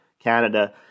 Canada